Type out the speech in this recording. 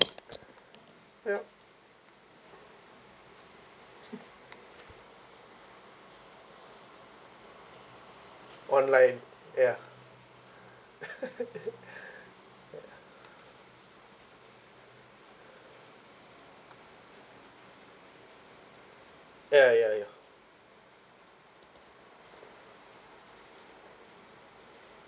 yup online ya ya ya ya ya